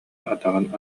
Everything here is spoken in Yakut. атаҕын